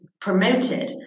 promoted